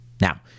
Now